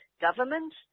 government